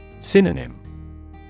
Synonym